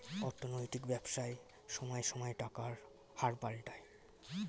অর্থনৈতিক ব্যবসায় সময়ে সময়ে টাকার হার পাল্টায়